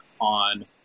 on